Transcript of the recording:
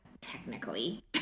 technically